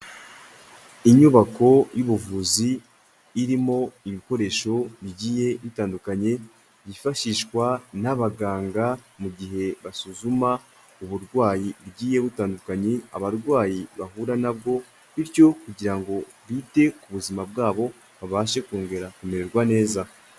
Inyubako y'ubuvuzi irimo ibikoresho bigiye bitandukanye byifashishwa n'abaganga mu gihe basuzuma uburwayi bugiye butandukanye abarwayi bahura na bwo, bityo kugira ngo bite ku buzima bwabo babashe kongera kumererwa neza.